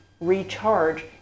recharge